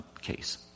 case